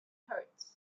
hertz